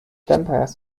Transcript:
vampires